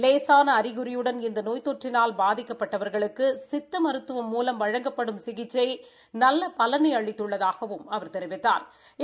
லேசான அறிகுறியுடன் இந்த நோய் தொற்றினால் பாதிக்கப்பட்டவா்களுக்கு சித்த மருத்துவம் மூலம் வழங்கப்படும் சிகிச்சை நல்ல பலனை அளித்துள்ளதாகவும் அவா் தெரிவித்தாா்